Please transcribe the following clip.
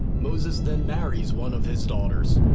moses then marries one of his daughters.